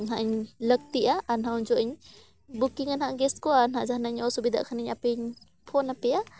ᱱᱟᱦᱟᱜ ᱤᱧ ᱞᱟᱹᱠᱛᱤᱜᱼᱟ ᱟᱨ ᱱᱟᱦᱟᱜ ᱩᱱ ᱡᱚᱦᱚᱜ ᱤᱧ ᱵᱩᱠᱤᱝ ᱟᱜ ᱜᱮᱥ ᱠᱚᱣᱟ ᱱᱟᱦᱟᱜ ᱡᱟᱦᱟᱱᱟᱜ ᱤᱧ ᱚᱥᱩᱵᱤᱫᱟᱜ ᱠᱷᱟᱱᱤᱧ ᱟᱯᱮᱧ ᱯᱷᱳᱱ ᱟᱯᱮᱭᱟ